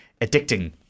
addicting